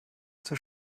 zur